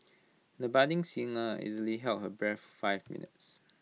the budding singer easily held her breath for five minutes